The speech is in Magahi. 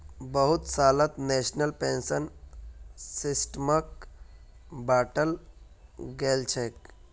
बहुत सालत नेशनल पेंशन सिस्टमक बंटाल गेलछेक